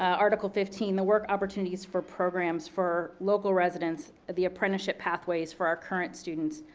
article fifteen. the work opportunities for programs for local residents. the apprenticeship pathways for our current students.